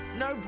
no